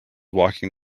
walking